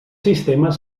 sistemes